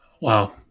Wow